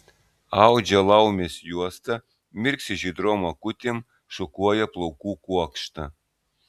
audžia laumės juostą mirksi žydrom akutėm šukuoja plaukų kuokštą